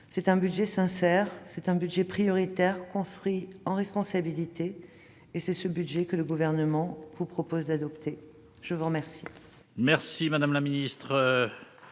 d'un budget sincère, d'un budget prioritaire, construit en responsabilité, et c'est ce budget que le Gouvernement vous propose d'adopter. Nous allons